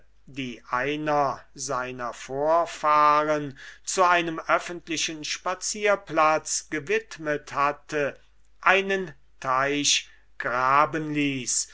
die einer seiner vorfahren zu einem öffentlichen spazierplatz gewidmet hatte einen canal graben ließ